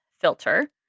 filter